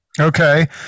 okay